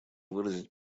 выразить